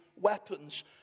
weapons